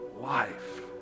life